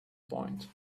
point